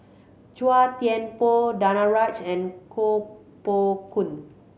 Chua Thian Poh Danaraj and Koh Poh Koon